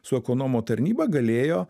su ekonomo tarnyba galėjo